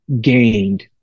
gained